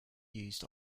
used